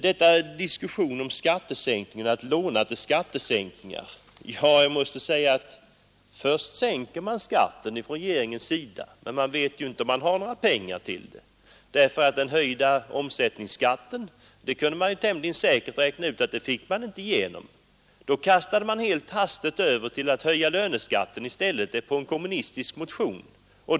Sedan hade vi den här diskussionen om att låna till skattesänkningar. Först vill regeringen sänka skatten, men man vet inte om man har pengar härtill — man kunde ju tämligen säkert räkna ut att det inte gick att få igenom den höjda momsen. Då kastade man helt hastigt över till att i enlighet med en kommunistisk motion i stället höja löneskatten.